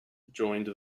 joined